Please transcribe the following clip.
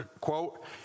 quote